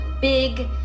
big